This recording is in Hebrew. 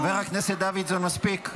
חבר הכנסת דוידסון, מספיק.